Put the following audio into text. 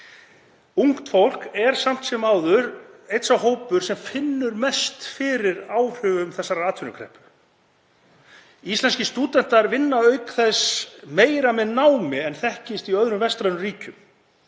Ungt fólk er samt sem áður sá hópur sem finnur einna mest fyrir áhrifum þessarar atvinnukreppu. Íslenskir stúdentar vinna auk þess meira með námi en þekkist í öðrum vestrænum ríkjum.